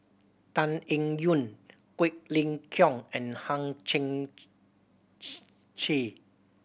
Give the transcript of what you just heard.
Tan Eng Yoon Quek Ling Kiong and Hang Chang Chieh